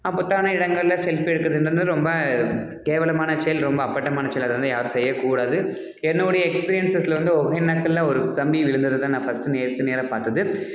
ஆபத்தான இடங்களில் செல்ஃபி எடுக்கிறதுன்றது ரொம்ப கேவலமான செயல் ரொம்ப அப்பட்டமான செயல் அதை வந்து யாரும் செய்யக்கூடாது என்னுடைய எக்ஸ்பீரியன்ஸ்ல வந்து ஒகேனக்கலில் ஒரு தம்பி விழுந்தது தான் நான் ஃபஸ்ட்டு நேருக்கு நேராக பார்த்தது